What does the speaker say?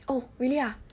oh really ah